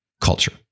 culture